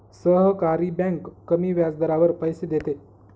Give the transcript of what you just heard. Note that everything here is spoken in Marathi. सहकारी बँक कमी व्याजदरावर पैसे देते